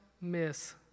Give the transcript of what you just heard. miss